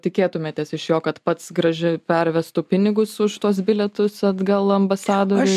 tikėtumėtės iš jo kad pats grąži pervestų pinigus už tuos bilietus atgal ambasadoriui